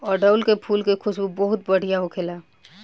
अढ़ऊल के फुल के खुशबू बहुत बढ़िया होखेला